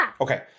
Okay